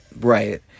right